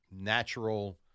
natural